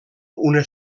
una